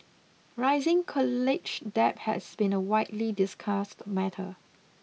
rising college debt has been a widely discussed matter